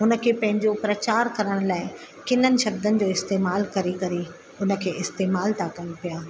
हुन खे पंहिंजो प्रचार करण लाइ किननि शब्दनि जो इस्तेमाल करे करे उन खे इस्तेमाल था कनि पिया